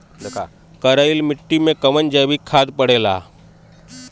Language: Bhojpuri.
करइल मिट्टी में कवन जैविक खाद पड़ेला?